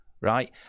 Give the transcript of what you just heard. right